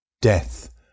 Death